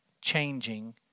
changing